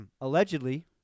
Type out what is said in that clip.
Allegedly